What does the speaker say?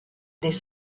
des